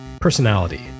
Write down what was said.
Personality